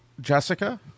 Jessica